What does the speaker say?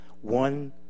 one